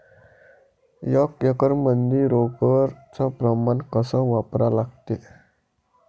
एक एकरमंदी रोगर च प्रमान कस वापरा लागते?